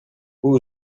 who